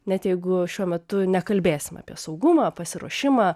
net jeigu šiuo metu nekalbėsim apie saugumą pasiruošimą